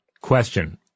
Question